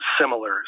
similar